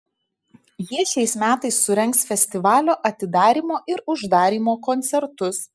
jie šiais metais surengs festivalio atidarymo ir uždarymo koncertus